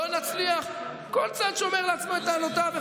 לא נצליח, כל צד שומר לעצמו את טענותיו.